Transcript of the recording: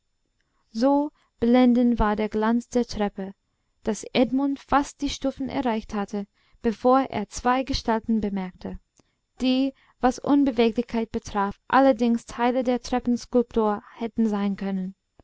so blendend war der glanz der treppe daß edmund fast die stufen erreicht hatte bevor er zwei gestalten bemerkte die was unbeweglichkeit betraf allerdings teile der treppenskulptur hätten sein können